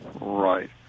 Right